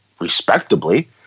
respectably